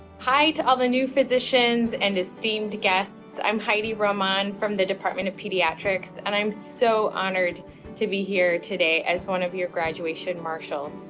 hi to all the new physicians and esteemed guests. i'm heidi roman from the department of pediatrics. and i'm so honored to be here today as one of your graduation marshals.